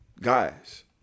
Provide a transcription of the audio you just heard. guys